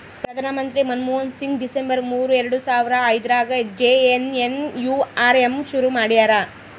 ಪ್ರಧಾನ ಮಂತ್ರಿ ಮನ್ಮೋಹನ್ ಸಿಂಗ್ ಡಿಸೆಂಬರ್ ಮೂರು ಎರಡು ಸಾವರ ಐದ್ರಗಾ ಜೆ.ಎನ್.ಎನ್.ಯು.ಆರ್.ಎಮ್ ಶುರು ಮಾಡ್ಯರ